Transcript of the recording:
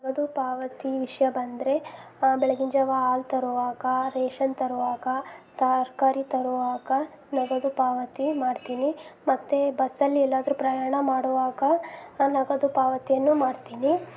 ನಗದು ಪಾವತಿ ವಿಷಯ ಬಂದರೆ ಬೆಳಗಿನ ಜಾವ ಹಾಲ್ ತರುವಾಗ ರೇಷನ್ ತರುವಾಗ ತರಕಾರಿ ತರುವಾಗ ನಗದು ಪಾವತಿ ಮಾಡ್ತೀನಿ ಮತ್ತು ಬಸ್ಸಲ್ಲಿ ಎಲ್ಲಾದರೂ ಪ್ರಯಾಣ ಮಾಡುವಾಗ ನಗದು ಪಾವತಿಯನ್ನು ಮಾಡ್ತೀನಿ